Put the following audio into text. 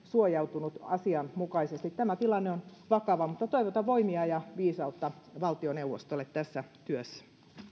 suojautunut asianmukaisesti tämä tilanne on vakava mutta toivotan voimia ja viisautta valtioneuvostolle tässä työssä